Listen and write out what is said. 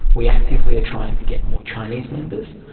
we actively trying to get more chinese members,